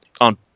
on